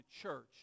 church